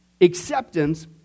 acceptance